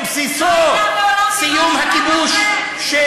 היא לא הייתה מעולם בירה של עם אחר.